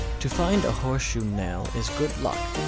to find a horseshoe nail is good luck,